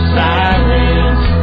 silence